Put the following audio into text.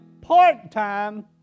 part-time